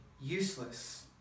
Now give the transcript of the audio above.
useless